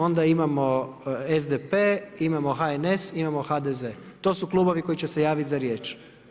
Onda imamo SDP, imamo HNS, imamo HDZ, to su klubovi koji će se javiti za riječ.